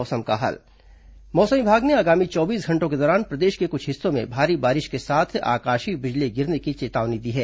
मौसम मौसम विभाग ने आगामी चौबीस घंटों के दौरान प्रदेश के कुछ हिस्सों में भारी बारिश के साथ आकाशीय बिजली गिरने की चेतावनी दी है